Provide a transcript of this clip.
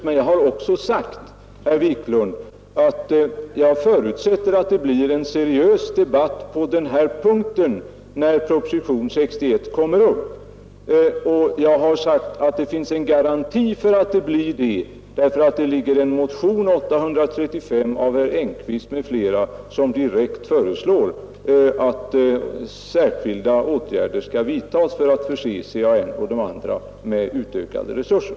Men jag har också sagt, herr Wiklund i Stockholm, att jag förutsätter att det blir en seriös debatt på den här punkten när propositionen 61 kommer upp och jag har sagt att det finns en garanti för att det blir så, eftersom motionen 835 av herr Engkvist m.fl. direkt föreslår att särskilda åtgärder skall vidtas för att förse CAN och de andra organisationerna med utökade resurser.